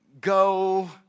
go